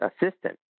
assistant